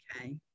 okay